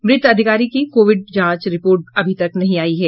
मृत अधिकारी की कोविड जांच रिपोर्ट अभी नहीं आयी है